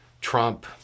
Trump